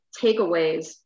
takeaways